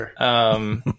Sure